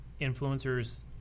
influencers